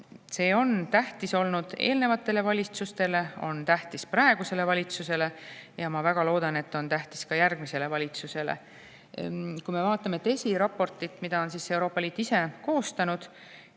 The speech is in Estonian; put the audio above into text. See on olnud tähtis eelnevatele valitsustele, on tähtis praegusele valitsusele ja ma väga loodan, et on tähtis ka järgmisele valitsusele. Kui me vaatame DESI raportit, mille on Euroopa Liit ise koostanud,